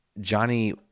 Johnny